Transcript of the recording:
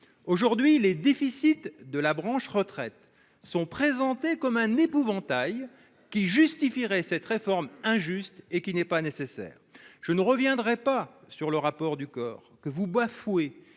aujourd'hui les déficits de la branche retraite sont présentés comme un épouvantail qui justifieraient cette réforme injuste et qui n'est pas nécessaire. Je ne reviendrai pas sur le rapport du COR que vous bafouez